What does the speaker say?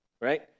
right